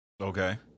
Okay